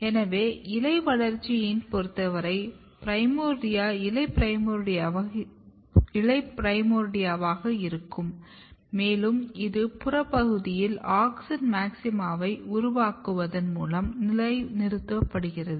எனவே இலை வளர்ச்சியைப் பொறுத்தவரை பிரைமோர்டியா இலை பிரைமோர்டியாவாக இருக்கும் மேலும் இது புறப் பகுதியில் ஆக்ஸின் மாக்சிமாவை உருவாக்குவதன் மூலம் நிலைநிறுத்தப்படுகிறது